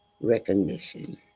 recognition